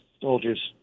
soldiers